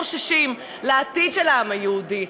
חוששים לעתיד של העם היהודי,